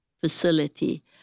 facility